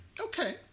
Okay